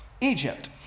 Egypt